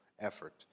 effort